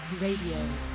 Radio